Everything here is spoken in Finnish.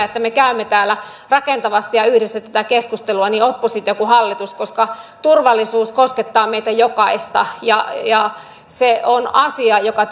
että me käymme täällä rakentavasti ja ja yhdessä tätä keskustelua niin oppositio kuin hallitus koska turvallisuus koskettaa meitä jokaista ja ja se on asia joka